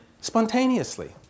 spontaneously